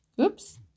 oops